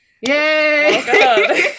Yay